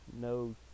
no